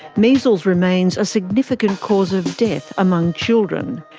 measles remains a significant cause of death among children.